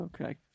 Okay